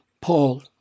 Paul